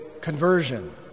conversion